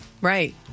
right